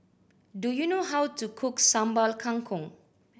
do you know how to cook Sambal Kangkong